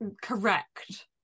correct